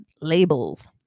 labels